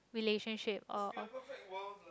relationship or or